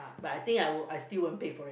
but I think I won~ I still won't pay for it